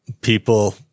people